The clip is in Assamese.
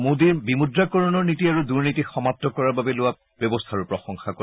মোদীৰ বিমুদ্ৰাকৰণ নীতি আৰু দুৰ্নীতি সমাপ্ত কৰাৰ বাবে লোৱা ব্যৱস্থাৰো প্ৰশংসা কৰে